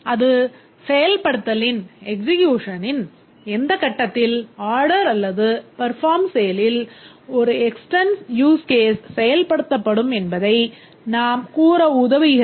அது செயல்படுத்தலின் அல்லது perform sale ல் ஒரு extend use case செயல்படுத்தப்படும் என்பதை நாம் கூற உதவுகிறது